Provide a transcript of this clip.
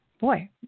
boy